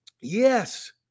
Yes